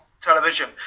television